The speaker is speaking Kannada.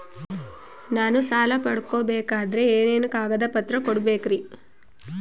ನಾನು ಸಾಲ ಪಡಕೋಬೇಕಂದರೆ ಏನೇನು ಕಾಗದ ಪತ್ರ ಕೋಡಬೇಕ್ರಿ?